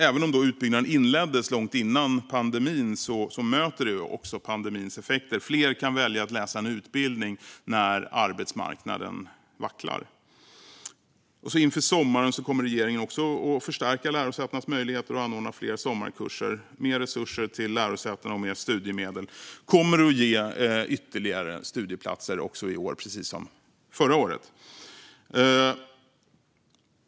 Även om utbyggnaden inleddes långt innan pandemin möter den även pandemins effekter genom att fler kan välja att läsa en utbildning när arbetsmarknaden vacklar. Inför sommaren kommer regeringen även att förstärka lärosätenas möjligheter att anordna fler sommarkurser. Mer resurser till lärosätena och mer studiemedel kommer att ge ytterligare studieplatser också i år, precis som förra året.